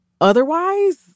Otherwise